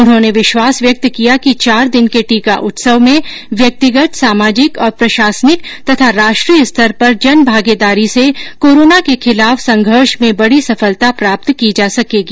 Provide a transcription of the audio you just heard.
उन्होंने विश्वास व्यक्त किया कि चार दिन के टीका उत्सव में व्यक्तिगत सामाजिक और प्रशासनिक तथा राष्ट्रीय स्तर पर जन भागीदारी से कोरोना के खिलाफ संघर्ष में बड़ी सफलता प्राप्त की जा सकेगी